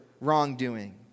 wrongdoing